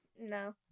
No